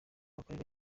akarere